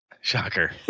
shocker